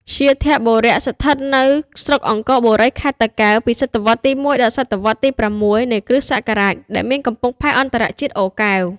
វ្យាធបុរៈ ស្ថិតនៅស្រុកអង្គរបូរី ខេត្តតាកែវពីសតវត្សរ៍ទី១ ដល់ សតវត្សរ៍ ទី៦ នៃគ្រិស្តសករាជ ដែលមានកំពង់ផែអន្តរជាតិ អូរកែវ ។